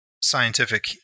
scientific